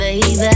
Baby